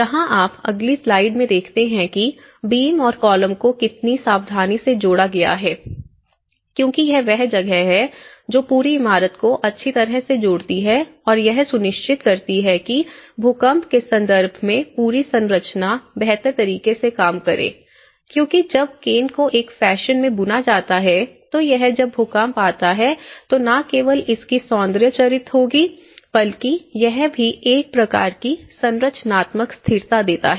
जहाँ आप अगली स्लाइड में देखते हैं कि बीम और कॉलम को कितनी सावधानी से जोड़ा गया है क्योंकि यह वह जगह है जो पूरी इमारत को अच्छी तरह से जोड़ती है और यह सुनिश्चित करती है कि भूकंप के संदर्भ में पूरी संरचना बेहतर तरीके से काम करें क्योंकि जब केन को एक फैशन में बुना जाता है तो यह जब भूकंप आता है तो ना केवल इसका सौंदर्य चरित्र होगा बल्कि यह भी है एक प्रकार की संरचनात्मक स्थिरता देता है